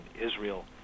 Israel